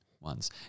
ones